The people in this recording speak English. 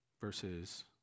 versus